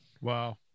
Wow